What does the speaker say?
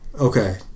Okay